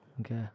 Okay